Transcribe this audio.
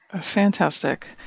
Fantastic